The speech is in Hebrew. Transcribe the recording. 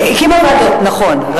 ועדות, נכון.